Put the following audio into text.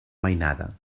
mainada